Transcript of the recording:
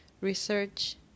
Research